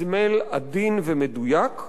באזמל עדין ומדויק.